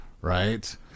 right